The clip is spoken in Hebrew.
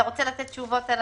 את קיבלת תשובות?